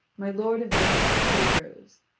my lord yvain quickly arose,